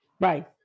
Right